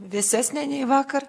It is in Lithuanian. vėsesnė nei vakar